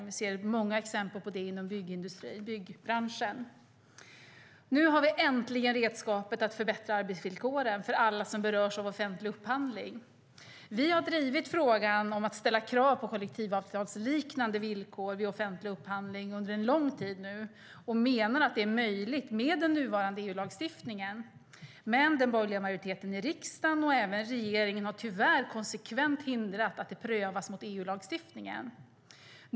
Vi ser många exempel på det inom byggbranschen. Nu har vi äntligen redskapet att förbättra arbetsvillkoren för alla som berörs av offentlig upphandling. Vi har drivit frågan om att ställa krav på kollektivavtalsliknande villkor vid offentlig upphandling under en lång tid nu och menar att det är möjligt med den nuvarande EU-lagstiftningen, men den borgerliga majoriteten i riksdagen och även regeringen har tyvärr konsekvent hindrat att detta prövas mot EU-lagstiftningen.